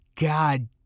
God